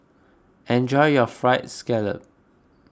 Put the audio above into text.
enjoy your Fried Scallop